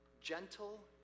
gentle